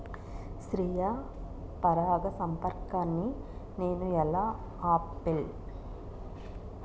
స్వీయ పరాగసంపర్కాన్ని నేను ఎలా ఆపిల్?